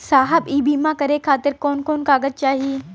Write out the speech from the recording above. साहब इ बीमा करें खातिर कवन कवन कागज चाही?